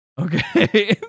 Okay